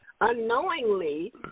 unknowingly